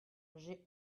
j’ai